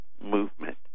movement